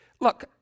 Look